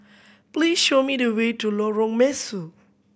please show me the way to Lorong Mesu